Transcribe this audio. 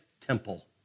Temple